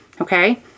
Okay